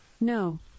no